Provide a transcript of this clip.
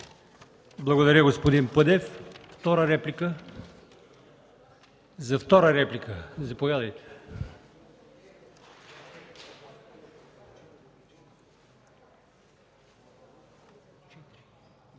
Благодаря, господин Пъдев.